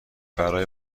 برای